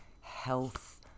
health